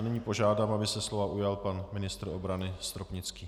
Nyní požádám, aby se slova ujal pan ministr obrany Stropnický.